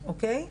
אוקי.